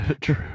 True